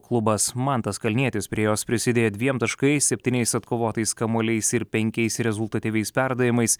klubas mantas kalnietis prie jos prisidėjo dviem taškais septyniais atkovotais kamuoliais ir penkiais rezultatyviais perdavimais